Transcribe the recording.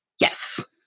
Yes